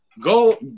go